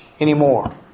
anymore